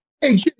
Hey